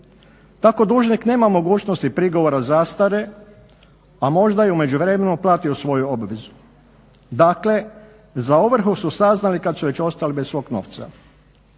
Tako dužnik nema mogućnosti prigovora zastare, a možda je u međuvremenu platio svoju obvezu. Dakle za ovrhu su saznali kad su već ostali bez svog novca.